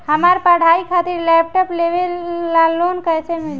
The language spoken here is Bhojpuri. हमार पढ़ाई खातिर लैपटाप लेवे ला लोन कैसे मिली?